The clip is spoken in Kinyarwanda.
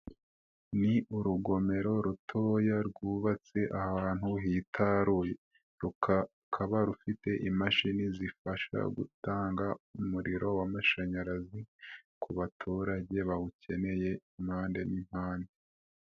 Ni urugomero rutoya rwubatse ahantu hitaruruye, rukaba rufite imashini zifasha gutanga umuriro w'amashanyarazi, ku baturage bawukeneye impande n'impande.